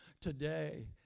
today